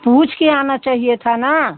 पूछकर आना चाहिए था ना